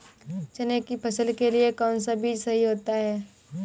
चने की फसल के लिए कौनसा बीज सही होता है?